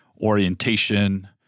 orientation